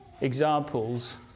examples